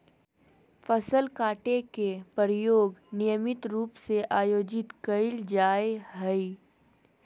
फसल काटे के प्रयोग नियमित रूप से आयोजित कइल जाय हइ